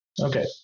okay